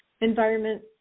environment